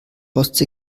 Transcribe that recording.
ostsee